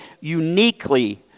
uniquely